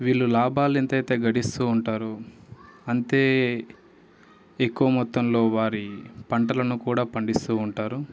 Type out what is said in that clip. వీళ్ళు లాభాలు ఎంతైతే గడిస్తూ ఉంటారో అంతే ఎక్కువ మొత్తంలో వారి పంటలను కూడా పండిస్తూ ఉంటారు